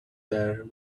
there